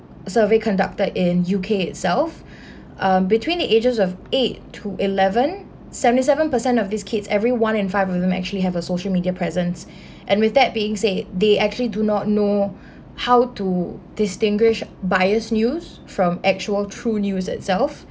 a survey conducted in U_K itself um between the ages of eight to eleven seventy seven per cent of these kids every one in five of them actually have a social media presence and with that being said they actually do not know how to distinguish biased news from actual true news itself